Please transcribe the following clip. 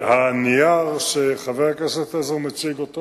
הנייר שחבר הכנסת עזרא מציג,